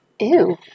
Ew